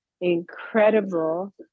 incredible